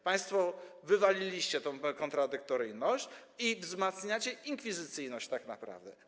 Państwo wywaliliście tę kontradyktoryjność i wzmacniacie inkwizycyjność tak naprawdę.